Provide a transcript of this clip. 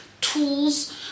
tools